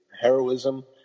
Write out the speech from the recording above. heroism